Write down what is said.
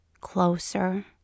Closer